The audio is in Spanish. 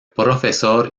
profesor